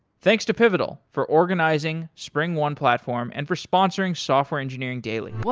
thanks to pivotal for organizing springone platform and for sponsoring software engineering daily